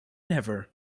never